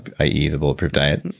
i eat a bulletproof diet.